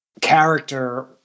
character